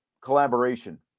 collaboration